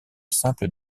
simple